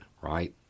right